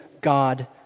God